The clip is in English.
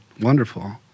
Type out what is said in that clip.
wonderful